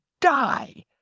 die